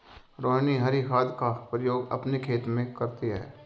रोहिनी हरी खाद का प्रयोग अपने खेत में करती है